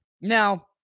Now